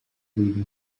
vida